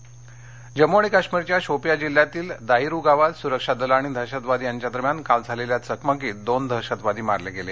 चकमक जम्मू आणि काश्मीरच्या शोपियां जिल्ह्यातील दाईरु गावात सुरक्षा दलं आणि दहशतवादी यांच्या दरम्यान काल झालेल्या चकमकीत दोन दहशतवादी मारले गेले